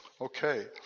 Okay